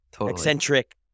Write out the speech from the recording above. eccentric